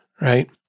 right